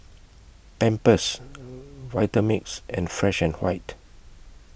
Pampers Vitamix and Fresh and White